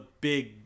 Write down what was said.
big